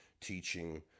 teaching